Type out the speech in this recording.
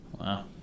Wow